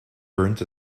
burnt